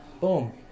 Boom